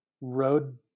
road